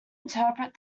interpret